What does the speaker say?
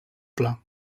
pla